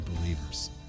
believers